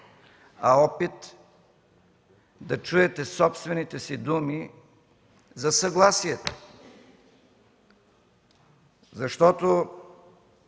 а опит да чуете собствените си думи за съгласието, защото